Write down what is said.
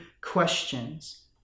questions